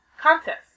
contest